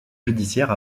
judiciaire